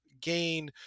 gain